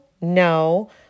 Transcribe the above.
No